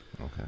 Okay